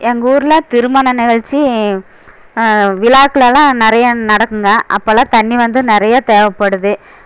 எங்கூரில் திருமண நிகழ்ச்சி விழாக்களெல்லாம் நிறையா நடக்குங்க அப்போல்லாம் தண்ணி வந்து நிறையா தேவைப்படுது